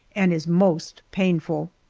and is most painful.